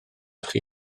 chi